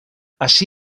ací